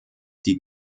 die